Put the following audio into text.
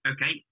Okay